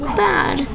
bad